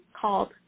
called